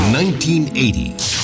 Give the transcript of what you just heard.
1980s